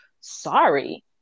sorry